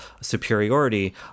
superiority